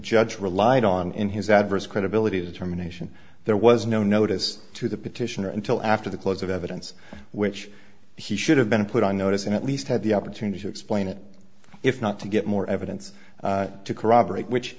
judge relied on in his adverse credibility determination there was no notice to the petitioner until after the close of evidence which he should have been put on notice and at least had the opportunity to explain it if not to get more evidence to corroborate which